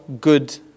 good